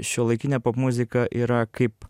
šiuolaikinė popmuzika yra kaip